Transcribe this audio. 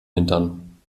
hintern